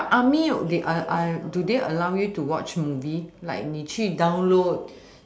but army they are are do they allow you to watch movie like download